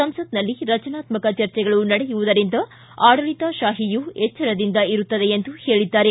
ಸಂಸತ್ನಲ್ಲಿ ರಚನಾತ್ಮಕ ಚರ್ಚೆಗಳು ನಡೆಯುವುದರಿಂದ ಆಡಳಿತಶಾಹಿಯೂ ಎಚ್ಚರದಿಂದ ಇರುತ್ತದೆ ಎಂದು ಹೇಳಿದ್ದಾರೆ